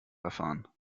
erfahren